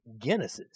Guinnesses